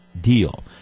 deal